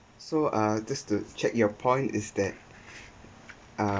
so uh just to check your point is that uh